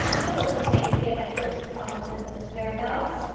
no one could say that he had had guilty cognizance of its whereabouts!